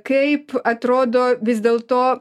kaip atrodo vis dėl to